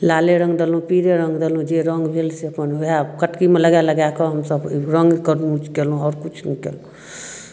लाले रङ्ग देलहुँ पीरे रङ्ग देलहुँ जे रङ्ग भेल से अपन उएह कटकीमे लगाए लगाए कऽ हमसभ ओहि रङ्गके यूज कएलहुँ आओर किछु नहि कएलहुँ